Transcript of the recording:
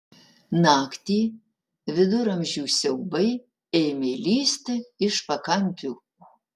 naktį viduramžių siaubai ėmė lįsti iš pakampių